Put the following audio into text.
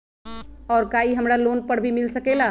और का इ हमरा लोन पर भी मिल सकेला?